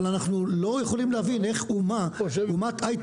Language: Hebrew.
אבל אנחנו לא יכולים להבין איך אומת הייטק